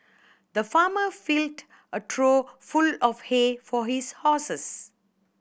the farmer filled a trough full of hay for his horses